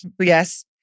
Yes